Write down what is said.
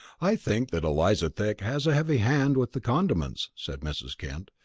i think that eliza thick has a heavy hand with the condiments, said mrs. kent.